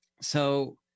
So-